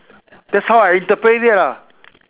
that's how I interpret it lah